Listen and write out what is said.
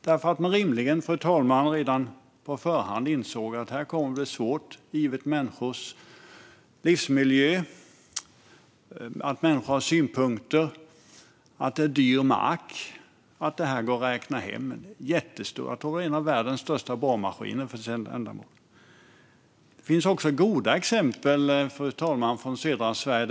Det är rimligen, fru talman, för att man redan på förhand insåg att det kommer att bli svårt givet människors livsmiljö, att människor har synpunkter, att det är dyr mark och att det går att räkna hem. Det är en jättestor borrmaskin. Jag tror att det är en av världens största borrmaskiner för sitt ändamål. Fru talman! Det finns också goda exempel från södra Sverige.